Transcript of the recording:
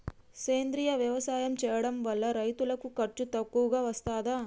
సేంద్రీయ వ్యవసాయం చేయడం వల్ల రైతులకు ఖర్చు తక్కువగా వస్తదా?